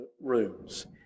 rooms